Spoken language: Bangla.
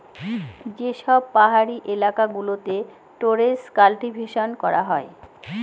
যে সব পাহাড়ি এলাকা গুলোতে টেরেস কাল্টিভেশন করা হয়